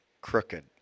crooked